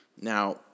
Now